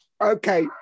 Okay